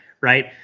right